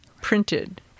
printed